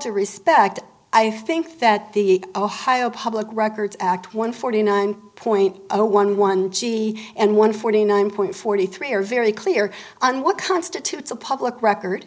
due respect i think that the ohio public records act one forty nine point zero one one g and one forty nine point forty three are very clear on what constitutes a public record